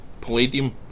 Palladium